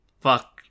fuck